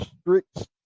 strict